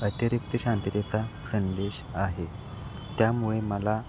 अतिरिक्त शांततेचा संदेश आहे त्यामुळे मला